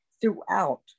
throughout